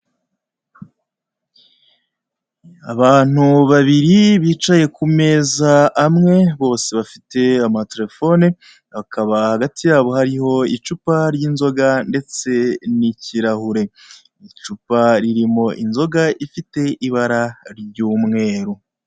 Abantu babiri bicaye ku meza amwe bose bafite amaterefone bakaba hagati yabo hariho icupa ry'inzoga ndetse n'ikirahure. Icupa ririmo inzoga ifite ibara ry'umweru.